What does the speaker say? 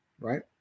right